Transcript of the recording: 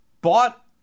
bought